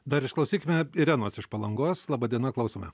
dar išklausykime irenos iš palangos laba diena klausome